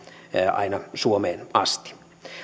aina suomeen asti